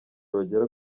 bagera